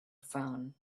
phone